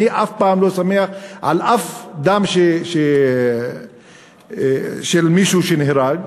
אני אף פעם לא שמח על דם של מישהו שנהרג,